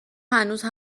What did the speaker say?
هنوزم